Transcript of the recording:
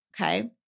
Okay